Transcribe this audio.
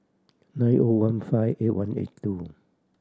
nine O one five eight one eight two